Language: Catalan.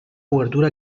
cobertura